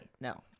no